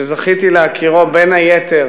שזכיתי להכירו בין היתר